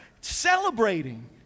celebrating